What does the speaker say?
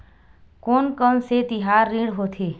कोन कौन से तिहार ऋण होथे?